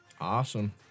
awesome